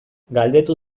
galdetu